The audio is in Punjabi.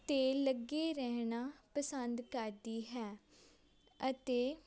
'ਤੇ ਲੱਗੇ ਰਹਿਣਾ ਪਸੰਦ ਕਰਦੀ ਹੈ ਅਤੇ